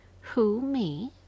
who-me